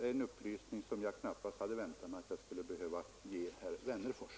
Den upplysningen hade jag knappast väntat mig att jag skulle behöva ge herr Wennerfors.